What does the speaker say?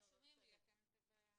לחינוך.